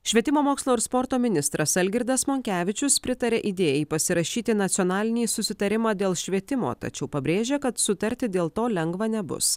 švietimo mokslo ir sporto ministras algirdas monkevičius pritaria idėjai pasirašyti nacionalinį susitarimą dėl švietimo tačiau pabrėžia kad sutarti dėl to lengva nebus